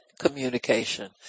communication